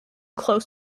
close